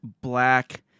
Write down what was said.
black